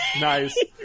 Nice